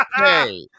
Okay